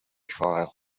file